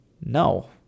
No